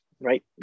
right